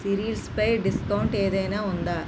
సీరియల్స్పై discount ఏదైనా ఉందా